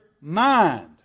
mind